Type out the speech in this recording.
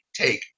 take